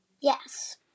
Yes